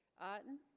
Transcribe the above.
otten